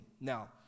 Now